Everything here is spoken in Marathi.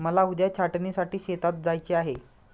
मला उद्या छाटणीसाठी शेतात जायचे आहे